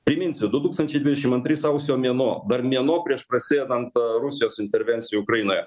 priminsiu du tūkstančiai dvidešim antri sausio mėnuo dar mėnuo prieš prasidedant rusijos intervencijai ukrainoje